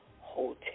hotel